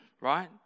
right